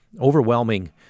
overwhelming